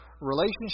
relationship